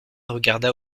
regarda